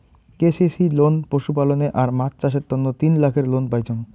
KCC loan পশুপালনে আর মাছ চাষের তন্ন তিন লাখের লোন পাইচুঙ